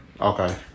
Okay